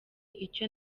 icyo